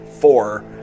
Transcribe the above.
four